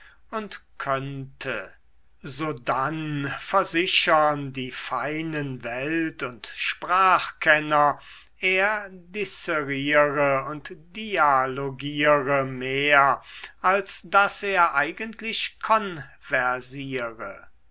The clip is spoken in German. und könntet sodann versichern die feinen welt und sprachkenner er disseriere und dialogiere mehr als daß er eigentlich